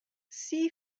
see